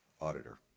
auditor